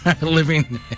living